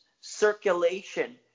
circulation